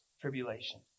tribulation